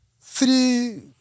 three